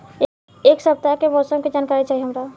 एक सपताह के मौसम के जनाकरी चाही हमरा